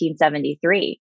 1973